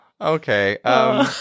Okay